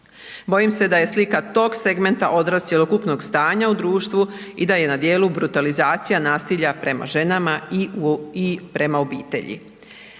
Bojim se da je slika tog segmenta odraz cjelokupnog stanja u društvu i da je na dijelu brutalizacija nasilja prema ženama i prema obitelji.